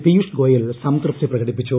പീയുഷ് ഗോയൽ സംതൃപ്തി പ്രകടിപ്പിച്ചു